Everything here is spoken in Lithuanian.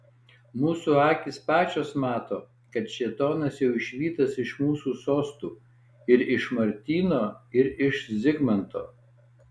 mūsų akys pačios mato kad šėtonas jau išvytas iš mūsų sostų ir iš martyno ir iš zigmanto